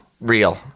real